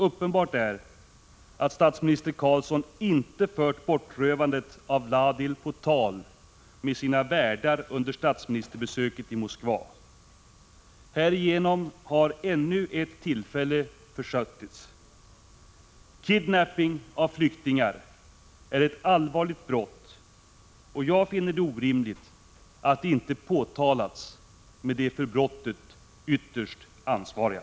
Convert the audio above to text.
Uppenbart är att statsminister Carlsson inte har fört bortrövandet av Vladil på tal med sina värdar under statsministerbesöket i Moskva. Härigenom har ännu ett tillfälle försuttits. Kidnappning av flyktingar är ett allvarligt brott, och jag finner det orimligt att det inte har påtalats med de för brottet ytterst ansvariga.